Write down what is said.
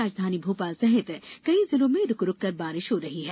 राजधानी भोपाल सहित कई जिलों में रूक रूकर बारिश हो रही है